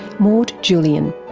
maude julien.